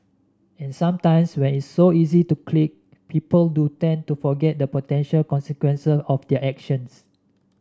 and sometimes when it's so easy to click people do tend to forget the potential consequences of their actions